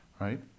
right